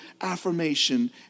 affirmation